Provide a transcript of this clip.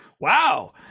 Wow